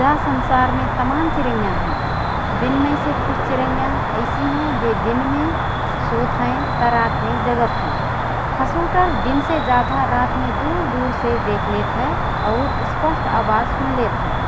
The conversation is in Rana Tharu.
जा संसारमे तमान चिरैँया हएँ । बिनमैसे कुछ चिरैँया ऐसि हएँ बे दिनमे सोत हएँ त रातमे जगत हएँ । खसुटर दिनसे जाधा रातमे दुर दुरसे देखलेत हए और स्पष्ट आवाज सुनलेत हए ।